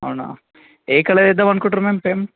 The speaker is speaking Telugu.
అవునా ఏ కలర్ వెయ్యిద్దామనుకుంటున్నారు మ్యామ్ పెయిం